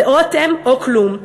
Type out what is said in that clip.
זה או אתם או כלום.